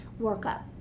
workup